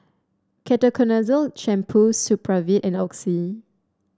Ketoconazole Shampoo Supravit and Oxy